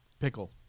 Pickle